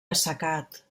assecat